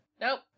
nope